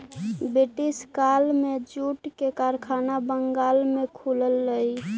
British काल में jute के कारखाना बंगाल में खुललई